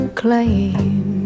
claim